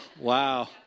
Wow